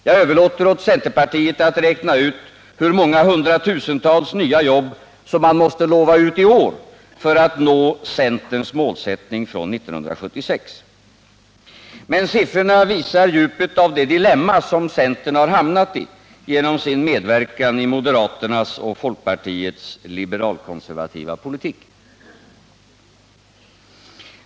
Jag överlåter åt centerpartiet att räkna ut hur många hundratusentals nya jobb som måste lovas ut i år för att nå centerns målsättning 1976. Men siffrorna visar djupet av det dilemma som centern har hamnat i genom sin medverkan i moderata samlingspartiets och folkpartiets liberalkonservativa politik.